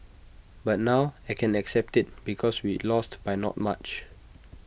but now I can accept IT because we lost by not much